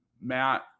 Matt